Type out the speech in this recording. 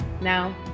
Now